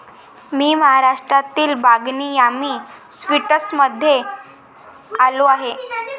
मी महाराष्ट्रातील बागनी यामी स्वीट्समध्ये आलो आहे